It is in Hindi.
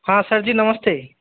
हाँ सर जी नमस्ते